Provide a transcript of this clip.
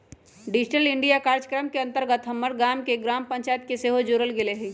digital India काजक्रम के अंतर्गत हमर गाम के ग्राम पञ्चाइत के सेहो जोड़ल गेल हइ